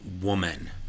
woman